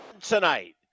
tonight